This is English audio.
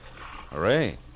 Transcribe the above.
Hooray